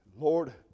Lord